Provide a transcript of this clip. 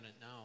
now